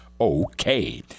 okay